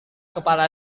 kepala